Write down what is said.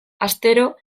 astero